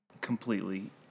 completely